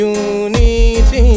unity